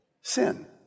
sin